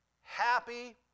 happy